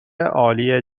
عالی